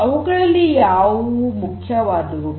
ಅವುಗಳಲ್ಲಿ ಯಾವು ಮುಖ್ಯವಾದವುಗಳು